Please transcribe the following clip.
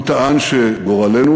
הוא טען שגורלנו,